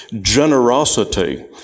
generosity